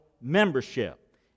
membership